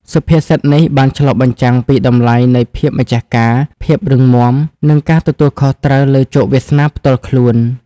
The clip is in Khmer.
សុភាសិតនេះបានឆ្លុះបញ្ចាំងពីតម្លៃនៃភាពម្ចាស់ការ ភាពរឹងមាំ និងការទទួលខុសត្រូវលើជោគវាសនាផ្ទាល់ខ្លួន។